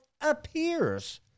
appears